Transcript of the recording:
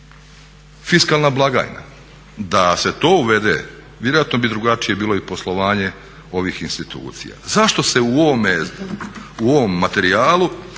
fiskalna blagajna. Da se to uvede vjerojatno bi drugačije bilo i poslovanje ovih institucija. Zašto se u ovom materijalu,